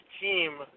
team